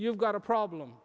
you've got a problem